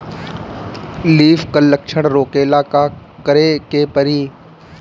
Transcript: Leaf curl लक्षण रोकेला का करे के परी?